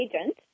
agent